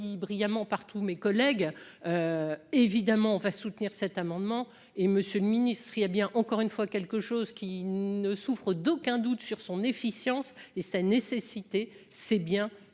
brillamment par tous mes collègues, évidemment on va soutenir cet amendement et monsieur le ministre, il a bien encore une fois quelque chose qui ne souffre d'aucun doute sur son efficience les sa nécessité, c'est bien